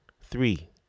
Three